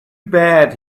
bad